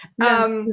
Yes